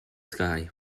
sky